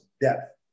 depth